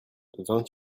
vingt